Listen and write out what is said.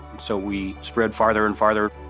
so we spread farther and farther,